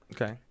Okay